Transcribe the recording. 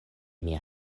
mia